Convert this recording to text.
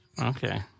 Okay